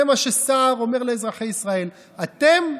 זה מה שסער אומר לאזרחי ישראל: אתם,